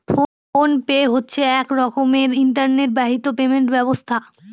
phone pay হচ্ছে এক রকমের ইন্টারনেট বাহিত পেমেন্ট ব্যবস্থা